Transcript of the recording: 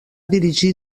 dirigir